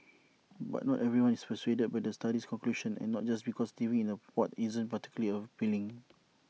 but not everyone is persuaded by the study's conclusion and not just because living in A pod isn't particularly appealing